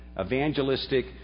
evangelistic